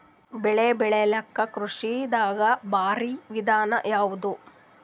ಬೆಳೆ ಬೆಳಿಲಾಕ ಕೃಷಿ ದಾಗ ಭಾರಿ ವಿಧಾನ ಯಾವುದು?